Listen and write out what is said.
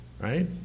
right